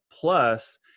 Plus